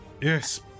Yes